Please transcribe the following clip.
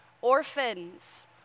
orphans